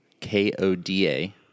K-O-D-A